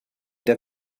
der